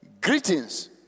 Greetings